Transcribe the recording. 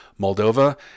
Moldova